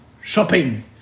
shopping